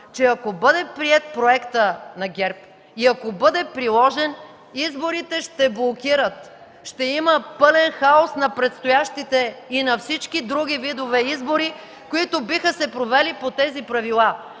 че ако бъде приет проектът на ГЕРБ и бъде приложен, изборите ще блокират. Ще има пълен хаос на предстоящите и на всички други видове избори, които биха се провели по тези правила.